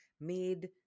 made